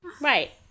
right